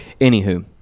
anywho